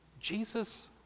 Jesus